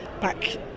back